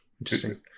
interesting